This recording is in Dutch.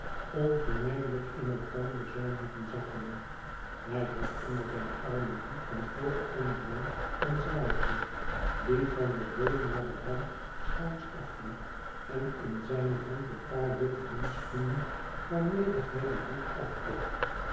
onvermijdelijk in elkander zou moeten zakken hij had onder zijn arm een hoed van grooten omvang en zwaarte die van den bol naar den rand schuins afliep en in zijne hand een paar witte handschoenen waarmede hij dien hoed afklopte